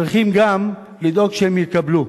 צריכים גם לדאוג שהם יקבלו.